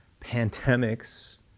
pandemics